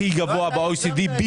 הכי גבוה ב-OECD,